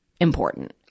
important